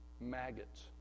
maggots